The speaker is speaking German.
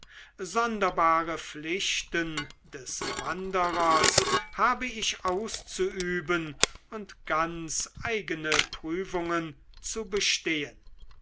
sonderbare pflichten des wanderers habe ich auszuüben und ganz eigene prüfungen zu bestehen